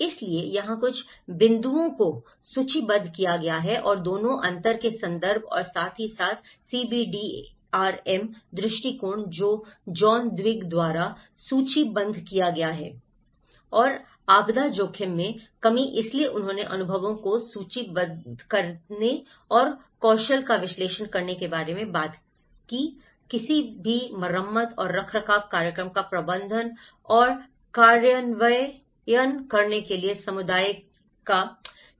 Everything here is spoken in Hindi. इसलिए यहां कुछ बिंदुओं को सूचीबद्ध किया गया है और दोनों अंतर के संदर्भ और साथ ही साथ सीबीडीआरएम दृष्टिकोण जो जॉन ट्विग द्वारा सूचीबद्ध किया गया था और आपदा जोखिम में कमी इसलिए उन्होंने अनुभवों को सूचीबद्ध करने और कौशल का विश्लेषण करने के बारे में बात की किसी भी मरम्मत और रखरखाव कार्यक्रम का प्रबंधन और कार्यान्वयन करने के लिए समुदाय के